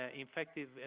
infective